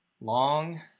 long